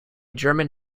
german